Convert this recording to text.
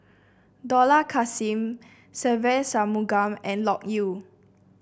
Dollah Kassim Se Ve Shanmugam and Loke Yew